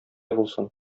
булсын